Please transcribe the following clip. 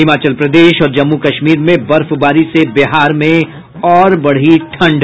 हिमाचल प्रदेश और जम्मू कश्मीर में बर्फबारी से बिहार में और बढ़ी ठंड